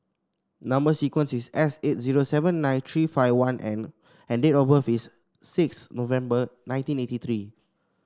number sequence is S eight zero seven nine three five one N and date of birth is six November nineteen eighty three